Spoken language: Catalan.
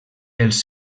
els